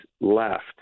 left